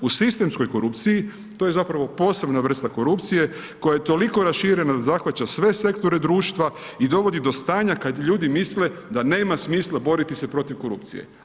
U sistemskoj korupciji, to je zapravo posebna vrsta korupcije koja je toliko raširena da zahvaća sve sektore društva i dovodi do stanja kad ljudi misle da nema smisla boriti se protiv korupcije.